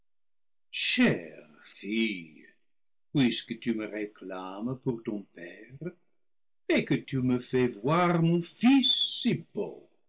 chère fille puisque tu me réclames pour ton père et que tu me fais voir mon fils